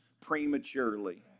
prematurely